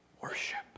Worship